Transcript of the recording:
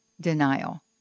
denial